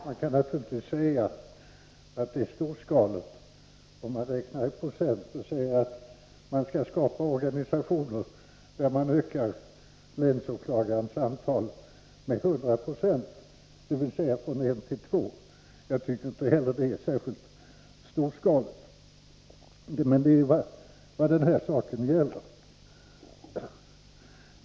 Man kan naturligtvis tala om storskalighet, om man räknar i procent och säger att det skall skapas organisationer där länsåklagarnas antal ökas med 100 96, dvs. från en till två, men jag tycker att inte heller det är särskilt storskaligt. Detta är vad saken gäller.